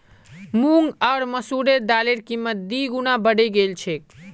मूंग आर मसूरेर दालेर कीमत दी गुना बढ़े गेल छेक